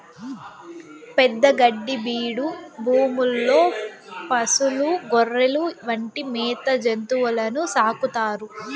పెద్ద గడ్డి బీడు భూముల్లో పసులు, గొర్రెలు వంటి మేత జంతువులను సాకుతారు